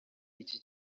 iki